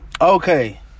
Okay